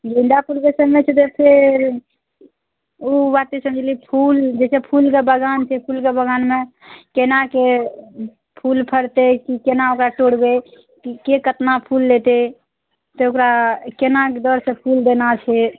गेंदा फूलके समय छै तऽ फेर ओ बात तऽ समझलियै फूल जैसे फूलके बगान छै फूलके बगानमे केनाके फूल फड़तै कि केना ओकरा तोड़बै की के कतना फूल लेतै तऽ ओकरा केनाक दरसँ फूल देना छै